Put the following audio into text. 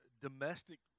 Domestic